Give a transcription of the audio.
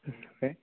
okay